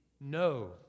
no